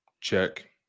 check